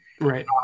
Right